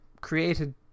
created